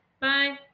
Bye